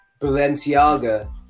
Balenciaga